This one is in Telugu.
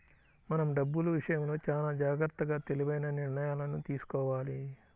మనం డబ్బులు విషయంలో చానా జాగర్తగా తెలివైన నిర్ణయాలను తీసుకోవాలి